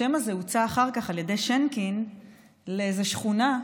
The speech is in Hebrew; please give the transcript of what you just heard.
השם הזה הוצע אחר כך על ידי שינקין לאיזו שכונה,